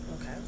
okay